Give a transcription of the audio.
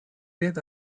bed